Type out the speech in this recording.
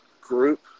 group